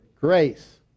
grace